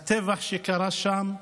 הטבח שקרה שם,